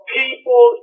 people